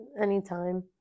anytime